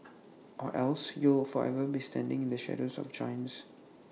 or else you will forever be standing in the shadows of giants